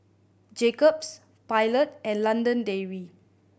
Jacob's Pilot and London Dairy